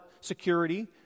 security